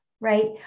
right